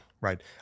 right